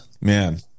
man